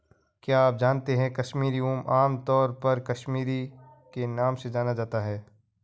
क्या आप जानते है कश्मीरी ऊन, आमतौर पर कश्मीरी के नाम से जाना जाता है?